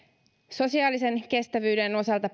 sosiaalisen kestävyyden osalta